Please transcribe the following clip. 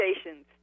stations